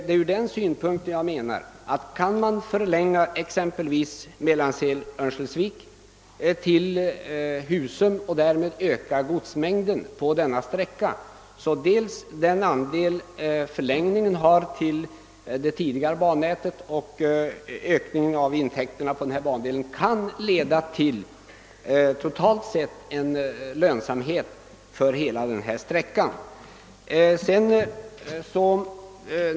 Från den synpunkten menar jag att om exempelvis banan Mellansel —Örnsköldsvik skulle förlängas till Husum och därmed godsmängden på denna sträcka ökas, kan detta jämte ökningen av intäkterna totalt sett leda till en lönsamhet för denna bandel.